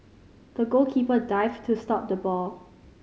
the goalkeeper dived to stop the ball